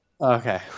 Okay